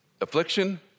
Affliction